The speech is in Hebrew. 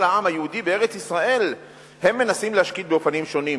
העם היהודי בארץ-ישראל הם מנסים להשקיט באופנים שונים.